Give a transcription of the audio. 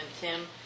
Tim